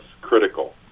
critical